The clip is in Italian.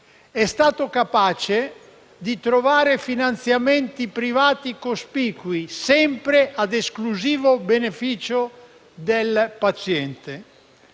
È stato capace di trovare finanziamenti privati cospicui, sempre ad esclusivo beneficio del paziente.